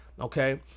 okay